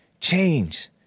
change